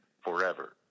forever